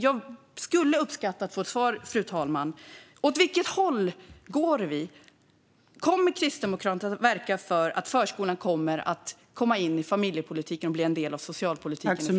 Jag skulle uppskatta att få ett svar på detta, fru talman. Åt vilket håll går vi? Kommer Kristdemokraterna att verka för att förskolan ska komma in i familjepolitiken och bli en del av socialpolitiken i framtiden?